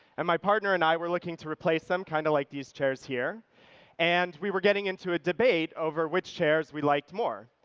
and my partner and i were looking to replace them, kind of like these customaries here and we were getting into a debate over which chairs we liked more.